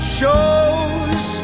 shows